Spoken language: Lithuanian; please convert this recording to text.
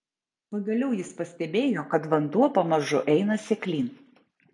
pagaliau jis pastebėjo kad vanduo pamažu eina seklyn